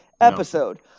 Episode